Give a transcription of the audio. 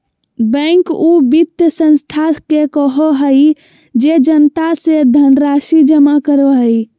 bank उ वित संस्था के कहो हइ जे जनता से धनराशि जमा करो हइ